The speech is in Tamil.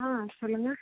ஆ சொல்லுங்கள்